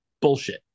bullshit